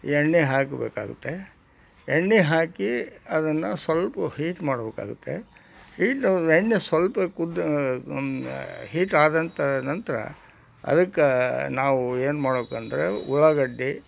ಎಣ್ಣೆ ಹಾಕಬೇಕಾಗುತ್ತೆ ಎಣ್ಣೆ ಹಾಕಿ ಅದನ್ನು ಸ್ವಲ್ಪ ಹೀಟ್ ಮಾಡಬೇಕಾಗುತ್ತೆ ಹೀಟ್ ಎಣ್ಣೆ ಸ್ವಲ್ಪ ಕುದ್ದ ಹೀಟ್ ಆದಂತ ನಂತರ ಅದಕ್ಕೆ ನಾವು ಏನು ಮಾಡಬೇಕು ಅಂದರೆ ಉಳ್ಳಾಗಡ್ಡಿ